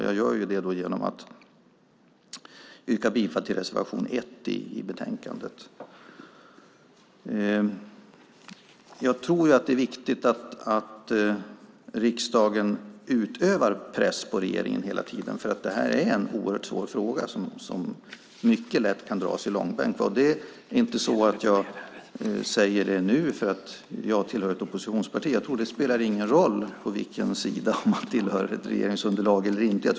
Jag gör det genom att yrka bifall till reservation 1 i betänkandet. Jag tror att det är viktigt att riksdagen hela tiden utövar press på regeringen, för detta är en mycket svår fråga som lätt kan dras i långbänk. Detta säger jag inte för att jag nu tillhör ett oppositionsparti; jag tror att det inte spelar någon roll om man tillhör regeringsunderlaget eller inte.